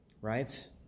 Right